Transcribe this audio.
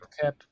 cap